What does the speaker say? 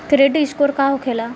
Credit score का होखेला?